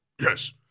Yes